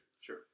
sure